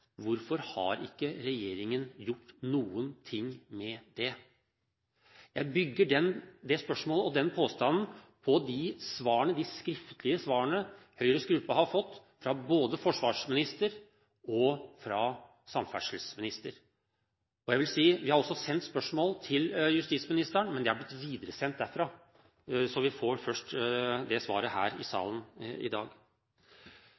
Hvorfor har ikke regjeringen gjort noen ting med det? Jeg bygger det spørsmålet og den påstanden på de skriftlige svarene Høyres gruppe har fått fra både forsvarsministeren og samferdselsministeren. Vi har også sendt spørsmål til justisministeren, men de er blitt videresendt derfra, så vi får først svaret her i